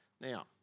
now